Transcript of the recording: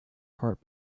heart